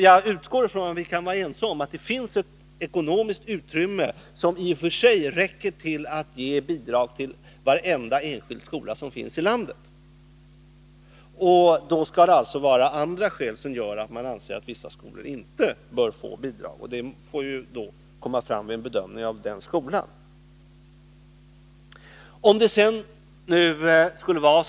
Jag utgår från att — och vi kan vara ense om det — det finns ett ekonomiskt utrymme som i och för sig räcker till att ge bidrag till varenda enskild skola som finns i landet. Det skall alltså vara andra skäl än ekonomiska som gör att man anser att vissa skolor inte bör få bidrag, och det får då komma fram vid en bedömning av dessa skolor.